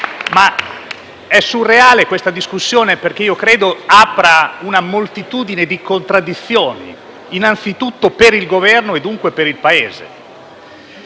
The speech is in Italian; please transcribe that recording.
è surreale anche perché io credo che essa apra una moltitudine di contraddizioni, innanzitutto per il Governo e dunque per il Paese.